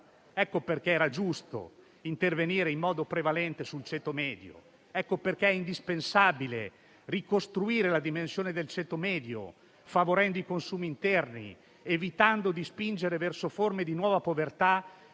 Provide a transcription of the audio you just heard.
Ecco perché era giusto intervenire in modo prevalente sul ceto medio. Ecco perché è indispensabile ricostruire la dimensione del ceto medio, favorendo i consumi interni, evitando di spingere verso forme di nuova povertà il